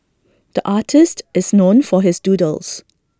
the artist is known for his doodles